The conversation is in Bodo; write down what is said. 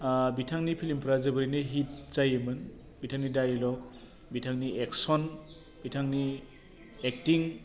बिथांनि फिल्मफोरा जोबोरैनो हिट जायोमोन बिथांनि दाइलग बिथांनि एक्सन बिथांनि एकटिं